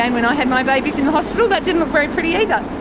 and when i had my babies in hospital that didn't look very pretty either.